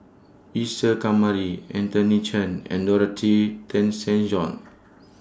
Isa Kamari Anthony Chen and Dorothy Tessen John